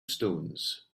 stones